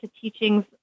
teachings